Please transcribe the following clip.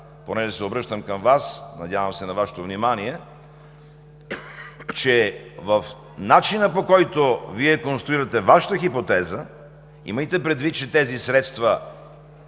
понеже се обръщам към Вас, надявам се на Вашето внимание, че в начина, по който Вие конструирате Вашата хипотеза, имайте предвид, че тези средства